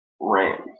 Rams